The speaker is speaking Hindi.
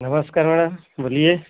नमस्कार मैडम बोलिए